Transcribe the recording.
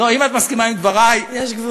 לא, אם את מסכימה עם דברי, יש גבול.